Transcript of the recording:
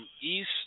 East